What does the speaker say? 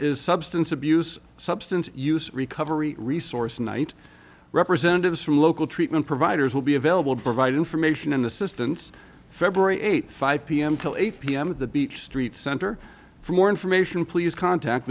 is substance abuse substance use recovery resource night representatives from local treatment providers will be available to provide information and assistance february eighth five pm to eight pm at the beach street center for more information please contact